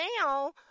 now